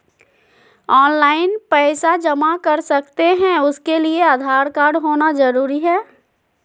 Online पैसा जमा कर सकते हैं उसके लिए आधार कार्ड होना जरूरी है?